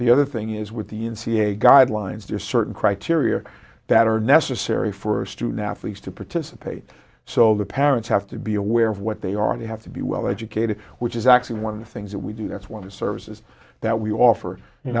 the other thing is with the n c a a guidelines to certain criteria that are necessary for student athletes to participate so the parents have to be aware of what they are they have to be well educated which is actually one of the things that we do that's one of the services that we offer